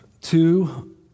Two